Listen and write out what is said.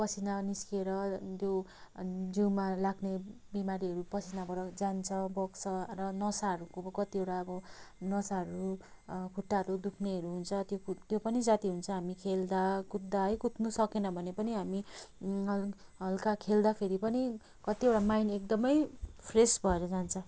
पसिना निस्किएर त्यो जिउमा लाग्ने बिमारीहरू पसिनाबाट जान्छ बग्छ र नसाहरूको कतिवटा अब नसाहरू खुट्टाहरू दुख्नेहरू हुन्छ त्यो त्यो पनि जाती हुन्छ हामी खेल्दा कुद्दा है कुद्नु सकेन भने पनि हामी हलका खेल्दाखेरि पनि कतिवटा माइन्ड एकदमै फ्रेस भएर जान्छ